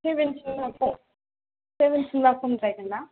सेभेन्टिनाथ' सेभेन्टिनब्ला खमद्रायगोनना